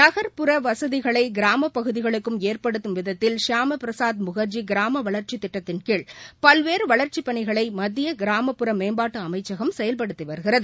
நகர்ப்புற வசதிகளை கிராமப் பகுதிகளிலும் ஏற்படுத்தும் விதத்தில் ஷியாம பிரசாத் முகர்ஜி கிராம வளர்ச்சித் திட்டத்தின்கீழ் பல்வேறு வளர்ச்சிப் பணிகளை மத்திய கிராமப்புற மேம்பாட்டு அமைச்சகம் செயல்படுத்தி வருகிறது